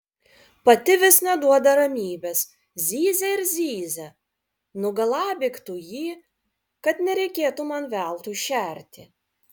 pati vis neduoda ramybės zyzia ir zyzia nugalabyk tu jį kad nereikėtų man veltui šerti